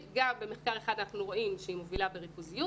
במחקר אחד אנחנו רואים שישראל מובילה בריכוזיות